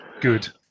good